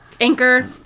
Anchor